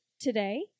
today